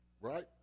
right